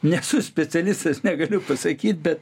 nesu specialistas negaliu pasakyt bet